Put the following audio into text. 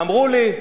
אמרו לי,